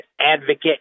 advocate